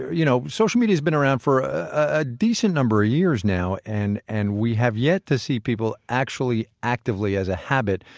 you know, social media has been around for a decent number of years now, and and we have yet to see people actually actively, as a habit,